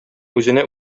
үзенә